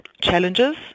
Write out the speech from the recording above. challenges